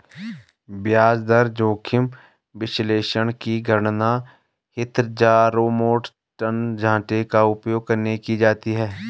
ब्याज दर जोखिम विश्लेषण की गणना हीथजारोमॉर्टन ढांचे का उपयोग करके की जाती है